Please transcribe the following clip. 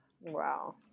Wow